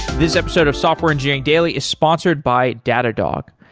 this episode of software engineering daily is sponsored by datadog.